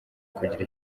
kugira